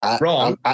Wrong